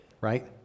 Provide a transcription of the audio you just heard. right